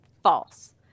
False